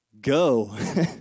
go